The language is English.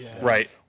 right